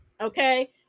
okay